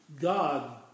God